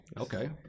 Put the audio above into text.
Okay